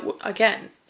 Again